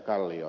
kallio